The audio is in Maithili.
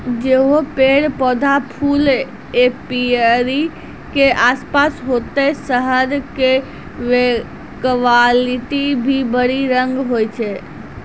जैहनो पेड़, पौधा, फूल एपीयरी के आसपास होतै शहद के क्वालिटी भी वही रंग होय छै